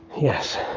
yes